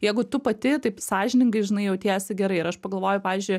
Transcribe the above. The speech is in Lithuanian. jeigu tu pati taip sąžiningai žinai jautiesi gerai ir aš pagalvoju pavyzdžiui